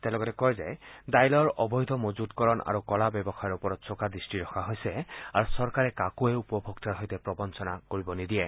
তেওঁ লগতে কয় ডাইলৰ অবৈধ মজুতকৰণ আৰু ক'লা ব্যৱসায়ৰ ওপৰত চোকা দৃষ্টি ৰখা হৈছে আৰু চৰকাৰে কাকোৱে উপভোক্তাৰ সৈতে প্ৰবঞ্ণনা কৰিব নিদিয়ে